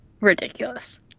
ridiculous